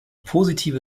positive